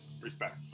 Respect